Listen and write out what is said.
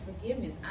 forgiveness